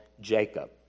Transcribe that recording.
Jacob